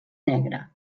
negre